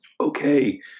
okay